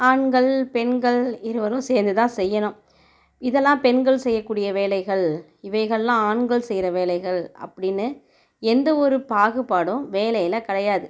ஆண்கள் பெண்கள் இருவரும் சேர்ந்து தான் செய்யணும் இதெல்லாம் பெண்கள் செய்ய கூடிய வேலைகள் இவைகள்லாம் ஆண்கள் செய்யற வேலைகள் அப்படினு எந்த ஒரு பாகுபாடும் வேலையில் கிடையாது